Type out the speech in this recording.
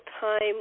time